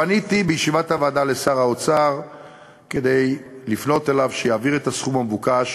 פניתי בישיבת הוועדה לשר האוצר כדי שיעביר את הסכום המבוקש